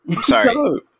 Sorry